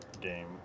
game